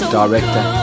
director